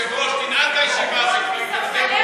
היושב-ראש, תנעל את הישיבה, כבר הידרדר פה השיח.